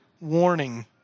warning